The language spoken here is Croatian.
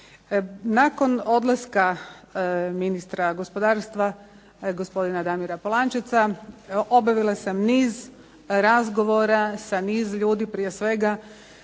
Nakon odlaska ministra gospodarstva, gospodina Damira Polančeca, obavila sam niz razgovora sa niz ljudi, prije svega